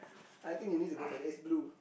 I need you need to go for this it's blue